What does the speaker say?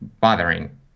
bothering